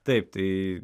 taip tai